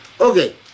Okay